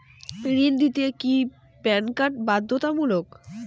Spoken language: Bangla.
ঋণ নিতে কি প্যান কার্ড বাধ্যতামূলক?